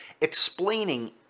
explaining